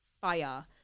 fire